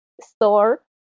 store